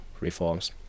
reforms